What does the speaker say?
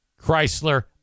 Chrysler